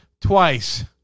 twice